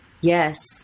Yes